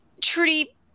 Trudy